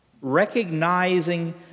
recognizing